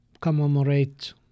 commemorate